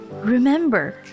remember